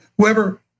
whoever